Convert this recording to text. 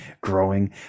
growing